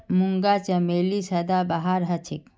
मूंगा चमेली सदाबहार हछेक